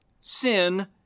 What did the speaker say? sin